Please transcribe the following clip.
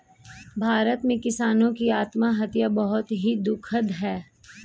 भारत में किसानों की आत्महत्या बहुत ही दुखद है